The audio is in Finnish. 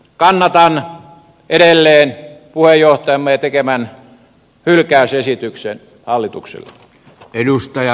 kannatan edelleen puheenjohtajamme tekemää hylkäysesitystä hallitukselle